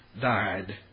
died